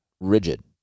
rigid